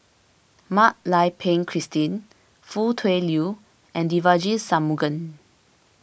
Mak Lai Peng Christine Foo Tui Liew and Devagi Sanmugam